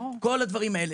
כל הדברים האלו.